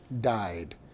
died